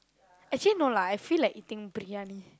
actually no lah I feel like eating briyani